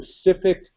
specific